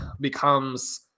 becomes